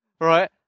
Right